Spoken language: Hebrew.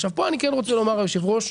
עכשיו, פה אני כן רוצה לומר, יושב הראש,